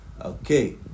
okay